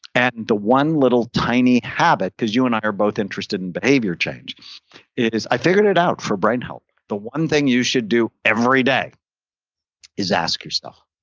and the one little tiny habit because you and i are both interested in behavior change is i figured it out for brain health. the one thing you should do every day is ask yourself.